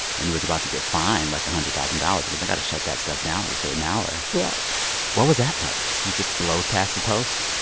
and he was about to get fined, like, a one hundred thousand dollars because they got to shut that stuff down at a certain hour yeah what was that like? he just blows past the post?